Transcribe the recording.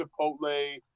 Chipotle